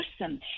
awesome